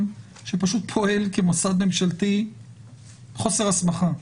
שפשוט פועל כמוסד ממשלתי בחוסר הסמכה,